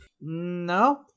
No